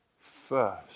first